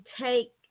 take